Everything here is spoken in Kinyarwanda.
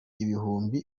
ibihumbi